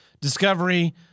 Discovery